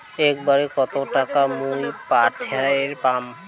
একবারে কত টাকা মুই পাঠের পাম?